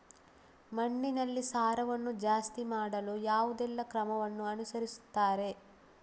ಮಣ್ಣಿನಲ್ಲಿ ಸಾರವನ್ನು ಜಾಸ್ತಿ ಮಾಡಲು ಯಾವುದೆಲ್ಲ ಕ್ರಮವನ್ನು ಅನುಸರಿಸುತ್ತಾರೆ